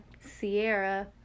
Sierra